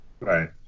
Right